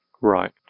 Right